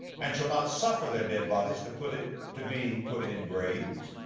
and shall not suffer their dead bodies to put it, to be put in graves.